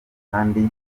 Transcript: kandi